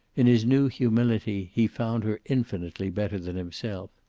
in his new humility he found her infinitely better than himself.